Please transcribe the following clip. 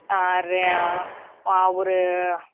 ஆ ரெ ஒரு